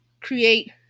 create